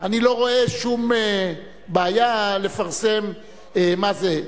אני לא רואה שום בעיה לפרסם מה זה.